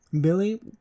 Billy